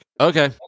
okay